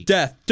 Death